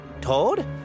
Toad